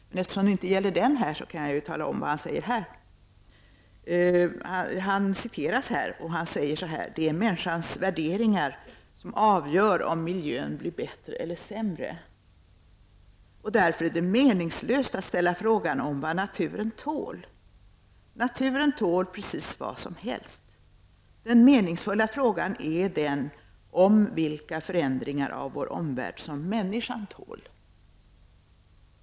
Men eftersom det nu inte är fråga om den, kan jag tala om vad han säger enligt ett citat i den här artikeln: ''Det är människans värderingar som avgör om miljön blir bättre eller sämre. Och därför är det meningslöst att ställa frågan om vad naturen tål. Naturen tål precis vad som helst. Den meningsfulla frågan är den om vilka förändringar av vår omvärld som människan tål.''